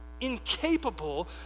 incapable